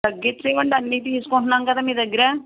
తగ్గించి ఇవ్వండి అన్నీ తీసుకుంటన్నాము కదా మీ దగ్గర